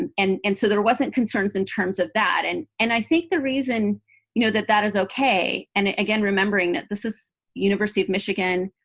and and and so there wasn't concerns in terms of that. and and i think the reason you know that that is ok and again, remembering that this is university of michigan.